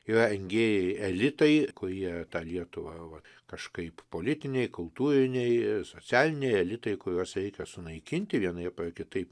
yra engėjai elitai kurie tą lietuvą va kažkaip politiniai kultūriniai socialiniai elitai kuriuos reikia sunaikinti vienaip ar kitaip